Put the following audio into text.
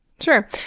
Sure